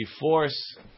force